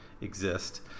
exist